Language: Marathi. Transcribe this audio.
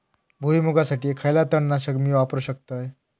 भुईमुगासाठी खयला तण नाशक मी वापरू शकतय?